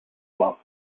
bluff